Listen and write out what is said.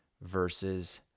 versus